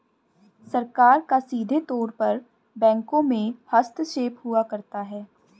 सरकार का सीधे तौर पर बैंकों में हस्तक्षेप हुआ करता है